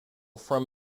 from